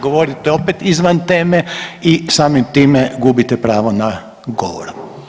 govorit opet izvan teme i samim time gubite pravo na govor.